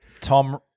Tom